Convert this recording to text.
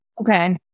Okay